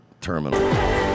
terminal